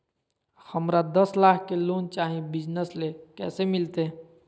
हमरा दस लाख के लोन चाही बिजनस ले, कैसे मिलते?